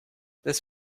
this